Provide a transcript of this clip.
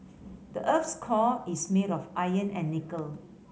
the earth's core is made of iron and nickel